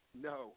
No